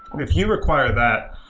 if you require that,